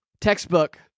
textbook